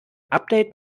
update